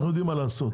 אנחנו יודעים מה לעשות,